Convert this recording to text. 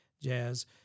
jazz